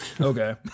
Okay